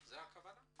זו הכוונה?